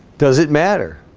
does it matter